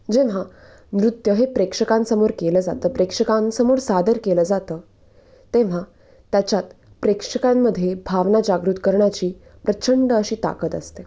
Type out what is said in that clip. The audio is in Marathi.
जेव्हा नृत्य हे प्रेक्षकांसमोर केलं जातं प्रेक्षकांसमोर सादर केलं जातं तेव्हा त्याच्यात प्रेक्षकांमध्ये भावना जागृत करण्याची प्रचंड अशी ताकद असते